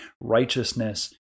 righteousness